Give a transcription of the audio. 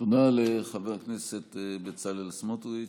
תודה לחבר הכנסת בצלאל סמוטריץ'.